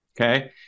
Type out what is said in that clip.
okay